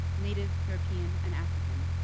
native, european, and african,